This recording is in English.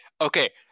okay